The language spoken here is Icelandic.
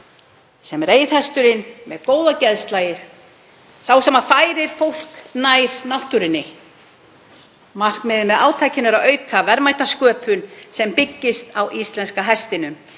sem reiðhesturinn með góða geðslagið, sá sem færir fólk nær náttúrunni. Markmiðið með átakinu er að auka verðmætasköpun sem byggist á íslenska hestinum,